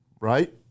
right